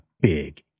Big